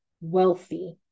wealthy